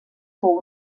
fou